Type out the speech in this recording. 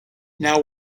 now